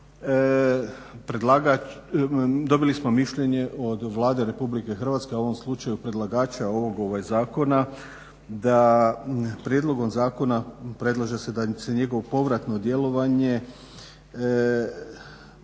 dobili smo mišljenje od Vlade RH, u ovom slučaju predlagača ovog zakona, da prijedlogom zakona predlaže se da se njegovo povratno djelovanje